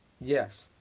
Yes